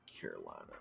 Carolina